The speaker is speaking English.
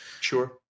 Sure